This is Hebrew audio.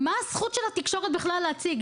מה הזכות של התקשורת בכלל להציג?